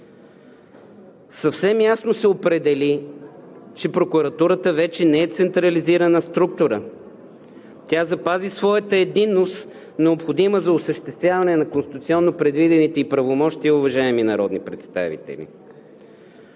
съвсем ясно се определи, че прокуратурата вече не е централизирана структура. Тя запази своята единност, необходима за осъществяване на конституционно предвидените ѝ правомощия, уважаеми народни представители.